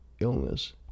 illness